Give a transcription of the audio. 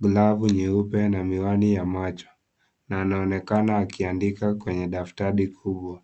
,glavu nyeupe na miwani ya macho na anaonekana akiandika kwenye daftari kubwa .